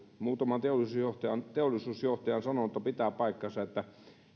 muutama teollisuusjohtaja on teollisuusjohtaja on sanonut että pitää paikkansa että